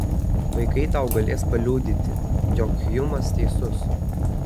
vaikai tau galės paliudyti jog hjumas teisus